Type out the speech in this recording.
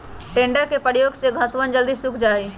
tedder के प्रयोग से घसवन जल्दी सूख भी जाहई